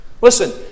Listen